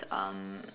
um